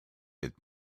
its